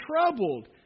troubled